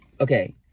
okay